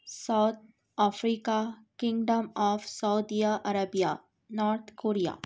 south افریقہ kingdom of سودیہ عربیہ نارتھ کوریا